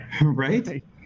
Right